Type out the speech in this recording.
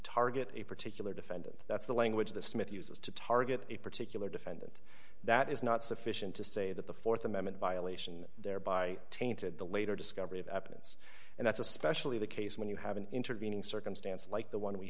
target a particular defendant that's the language that smith uses to target a particular defendant that is not sufficient to say that the th amendment violation thereby tainted the later discovery of evidence and that's especially the case when you have an intervening circumstance like the one we